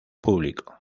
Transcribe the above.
público